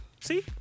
See